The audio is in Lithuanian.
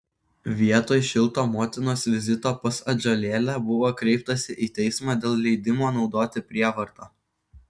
vietoj šilto motinos vizito pas atžalėlę buvo kreiptasi į teismą dėl leidimo naudoti prievartą